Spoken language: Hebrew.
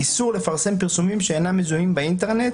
איסור לפרסם פרסומים שאינם מזוהים באינטרנט